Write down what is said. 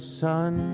sun